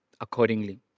accordingly